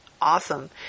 Awesome